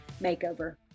Makeover